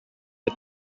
the